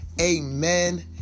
Amen